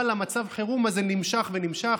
אבל מצב החירום הזה נמשך ונמשך,